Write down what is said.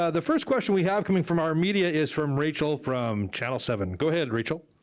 ah the first question we have coming from our media is from rachel from channel seven, go ahead rachel.